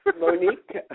Monique